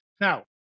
Now